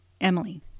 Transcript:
Emily